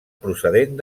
procedent